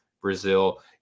Brazil